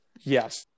Yes